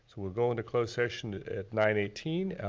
so we'll go into closed session at nine eighteen,